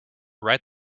write